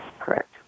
Correct